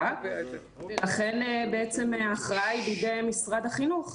לכן ההכרעה היא בידי משרד החינוך.